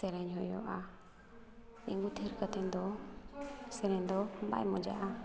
ᱥᱮᱨᱮᱧ ᱦᱩᱭᱩᱜᱼᱟ ᱛᱤᱸᱜᱩᱛᱷᱤᱨ ᱠᱟᱛᱮᱫ ᱫᱚ ᱥᱮᱨᱮᱧ ᱫᱚ ᱵᱟᱭ ᱢᱚᱡᱟᱜᱼᱟ